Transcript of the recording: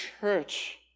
church